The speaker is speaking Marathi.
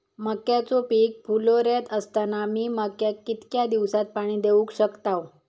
मक्याचो पीक फुलोऱ्यात असताना मी मक्याक कितक्या दिवसात पाणी देऊक शकताव?